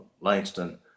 Langston